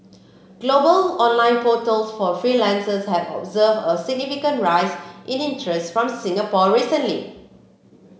global online portals for freelancers have observed a significant rise in interest from Singapore recently